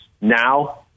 Now